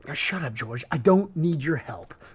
ah shut up george, i don't need your help.